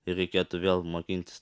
ir reikėtų vėl mokintis